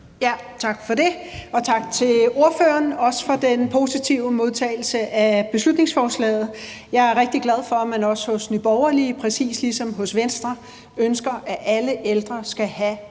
Tak for det, og også tak til ordføreren for den positive modtagelse af beslutningsforslaget. Jeg er rigtig glad for, at man også hos Nye Borgerlige, præcis som hos os i Venstre, ønsker, at alle ældre skal have